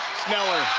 sneller.